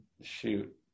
Shoot